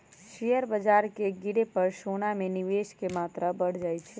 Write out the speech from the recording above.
share बाजार के गिरे पर सोना में निवेश के मत्रा बढ़ जाइ छइ